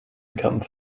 income